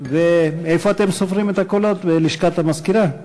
איפה אתם סופרים את הקולות, בלשכת המזכירה?